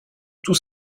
tous